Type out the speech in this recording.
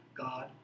God